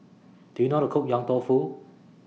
Do YOU know How to Cook Yong Tau Foo